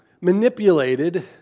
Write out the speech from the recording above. manipulated